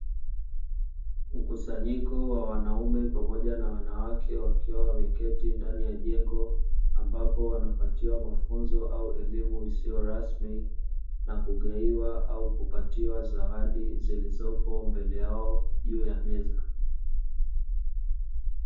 Mkusanyiko wa wanaume pamoja na wanawake, wakiwa wameketi ndani ya jengo, ambapo wanapatiwa mafunzo au elimu isiyo rasmi na kugaiwa au kupatiwa zawadi zilizopo mbele yao juu ya meza.